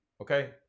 Okay